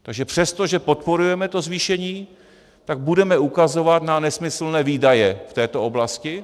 Takže přesto, že podporujeme to zvýšení, tak budeme ukazovat na nesmyslné výdaje v této oblasti.